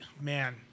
man